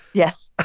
yes ah